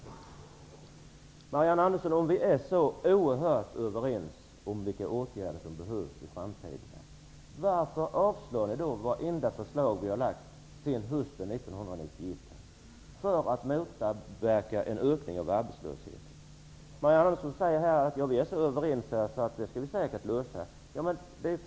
Om vi, Marianne Andersson, är så oerhört överens om de åtgärder som behövs i framtiden, varför avstyrker ni då vartenda förslag som vi har lagt fram sedan hösten 1991 för att motverka en ökning av arbetslösheten? Marianne Andersson säger att vi är så överens så att vi nog skall kunna lösa problemen.